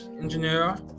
engineer